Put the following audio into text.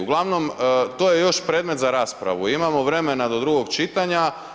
Uglavnom, to je još predmet za raspravu. imamo vremena do drugog čitanja.